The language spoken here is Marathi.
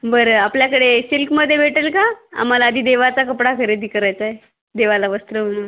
बरं आपल्याकडे सिल्कमध्ये भेटेल का आम्हाला आधी देवाचा कपडा खरेदी करायचा आहे देवाला वस्त्रं